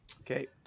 Okay